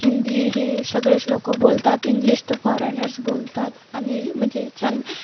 हिंदी हे सगळेच लोकं बोलतात इंग्लिश तर फॉरेनर्स बोलतात आणि म्हणजे छान